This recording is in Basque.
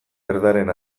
erdaren